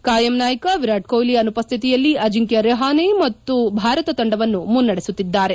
ಖಾಯಂ ನಾಯಕ ವಿರಾಟ್ ಕೊಪ್ಲಿ ಅನುಪಶ್ಥಿತಿಯಲ್ಲಿ ಅಜಿಂಕ್ಯ ರಹಾನೆ ಭಾರತ ತಂಡವನ್ನು ಮುನ್ನಡೆಸುತ್ತಿದ್ದಾರೆ